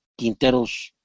Quinteros